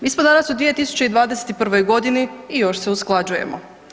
Mi smo danas u 2021.g. i još se usklađujemo.